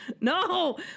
No